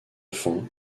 font